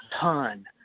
ton